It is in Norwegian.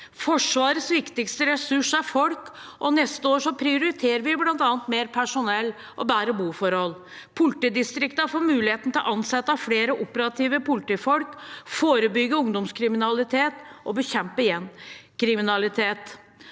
Forsvarets viktigste ressurs er folk, og neste år prioriterer vi bl.a. mer personell og bedre boforhold. Politidistriktene får mulighet til å ansette flere operative politifolk, forebygge ungdomskriminalitet og bekjempe gjengkriminalitet.